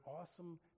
awesome